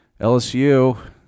LSU